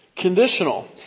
Conditional